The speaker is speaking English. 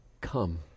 come